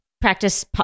practice